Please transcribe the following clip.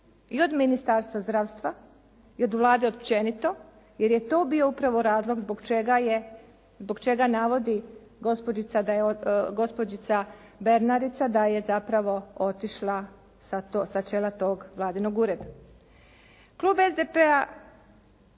i od Ministarstva zdravstva i od Vlade općenito, jer je to bio upravo razlog zbog čega je, zbog čega navodi gospođica Bernardica da je zapravo otišla sa čela tog vladinog ureda. Klub SDP-a